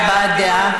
יש בקשה להבעת דעה.